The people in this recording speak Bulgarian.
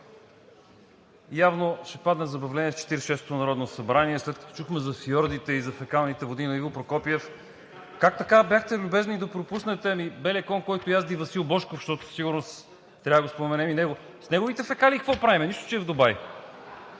Явно ще падне забавление в 46-ото народно събрание, след като чухме за фиордите и за фекалните води на Иво Прокопиев. Как така бяхте любезни да пропуснете белия кон, който язди Васил Божков, защото със сигурност трябва да го споменем и него? С неговите фекалии какво правим, нищо че е в Дубай?